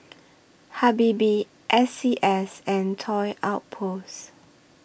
Habibie S C S and Toy Outpost